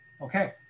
okay